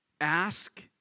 ask